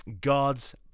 God's